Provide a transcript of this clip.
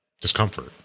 discomfort